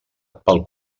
pel